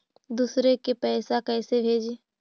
दुसरे के पैसा कैसे भेजी?